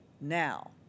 now